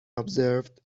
observed